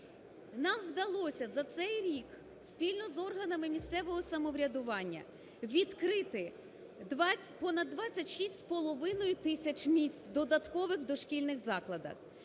Нам вдалося за цей рік спільно з органами місцевого самоврядування відкрити понад 26,5 тисяч місць додаткових у дошкільних закладах.